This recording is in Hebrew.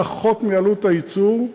פחות מעלות הייצור.